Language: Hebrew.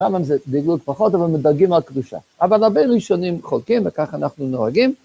גם אם זה בדיוק פחות, אבל מדלגים על קדושה. אבל הרבה ראשונים חוקים, וכך אנחנו נוהגים.